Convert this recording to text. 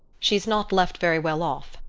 she's not left very well off.